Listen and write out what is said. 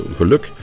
geluk